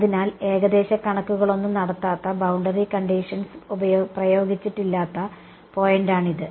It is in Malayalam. അതിനാൽ ഏകദേശ കണക്കുകളൊന്നും നടത്താത്ത ബൌണ്ടറി കണ്ടിഷൻസ് പ്രയോഗിച്ചിട്ടില്ലാത്ത പോയിന്റാണിത്